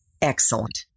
Excellent